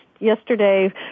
yesterday